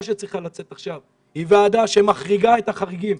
שצריכה לצאת עכשיו היא ועדה שמחריגה את החריגים,